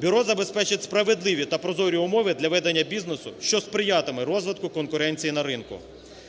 Бюро забезпечить справедливі та прозорі умови для ведення бізнесу, що сприятиме розвитку конкуренції на ринку.